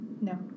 No